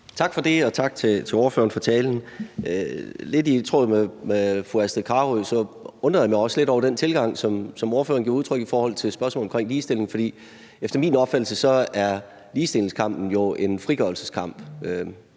Tak for det, og tak til ordføreren for talen. Lidt i tråd med fru Astrid Carøe undrede jeg mig også lidt over den tilgang, som ordføreren gav udtryk for i forhold til spørgsmålet om ligestilling, for efter min opfattelse er ligestillingskampen jo en frigørelseskamp.